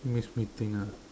it makes me think ah